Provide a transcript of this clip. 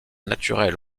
naturel